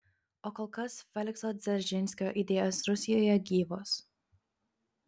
o kol kas felikso dzeržinskio idėjos rusijoje gyvos